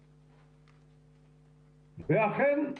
ואכן,